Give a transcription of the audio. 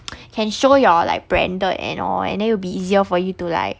can show your like branded and all and then it'll be easier for you to like